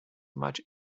much